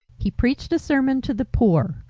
he preached a sermon to the poor.